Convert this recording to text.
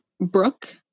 Brooke